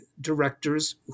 directors